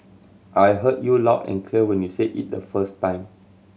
I heard you loud and clear when you said it the first time